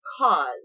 cause